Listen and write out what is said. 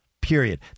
Period